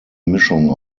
mischung